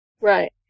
Right